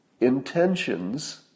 Intentions